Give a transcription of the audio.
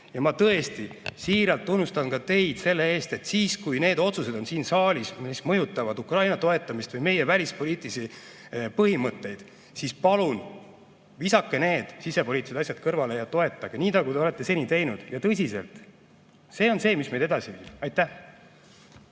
Ja ma tõesti siiralt tunnustan ka teid selle eest, et siis, kui need otsused on siin saalis, mis mõjutavad Ukraina toetamist või meie välispoliitilisi põhimõtteid, siis palun visake need sisepoliitilised asjad kõrvale ja toetage – nii, nagu te olete seni teinud. Ja tõsiselt, see on see, mis meid edasi viib.